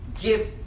give